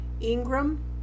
Ingram